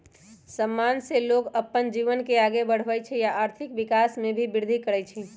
समान से लोग अप्पन जीवन के आगे बढ़वई छई आ आर्थिक विकास में भी विर्धि करई छई